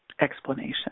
explanation